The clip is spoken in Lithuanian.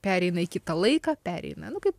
pereina į kitą laiką pereina nu kaip